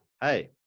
Hey